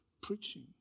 preaching